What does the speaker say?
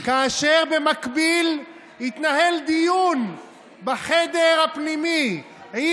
כאשר במקביל התנהל דיון בחדר הפנימי עם